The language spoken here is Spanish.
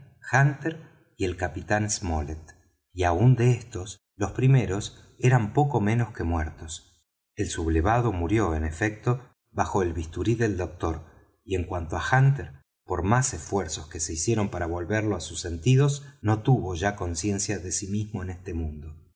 hunter y el capitán smollet y aun de estos los primeros eran poco menos que muertos el sublevado murió en efecto bajo el bisturí del doctor y en cuanto á hunter por más esfuerzos que se hicieron para volverlo á sus sentidos no tuvo ya conciencia de sí mismo en este mundo